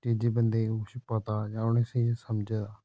तीजे बंदे गी कुछ पता जां उनें स्हेई समझे दा